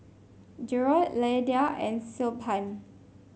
Jerod Lydia and Siobhan